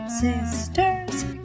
sisters